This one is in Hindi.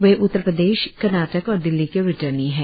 वे उत्तर प्रदेश कर्नाटक और दिल्ली के रिटर्नी है